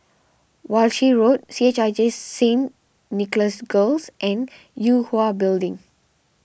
Walshe Road C H I J Saint Nicholas Girls and Yue Hwa Building